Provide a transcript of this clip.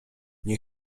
nie